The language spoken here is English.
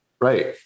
Right